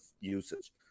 usage